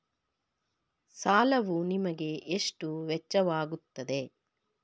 ಸಾಲವು ನಿಮಗೆ ಎಷ್ಟು ವೆಚ್ಚವಾಗುತ್ತದೆ?